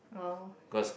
!wow!